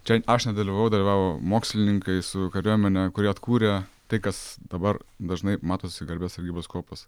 ten aš nedalyvavau dalyvavo mokslininkai su kariuomene kurie atkūrė tai kas dabar dažnai matosi garbės sargybos kuopos